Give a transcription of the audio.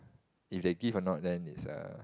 if they give or not then it's a